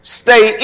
stay